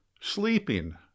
sleeping